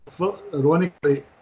ironically